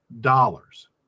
dollars